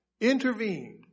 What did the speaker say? intervened